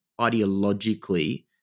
ideologically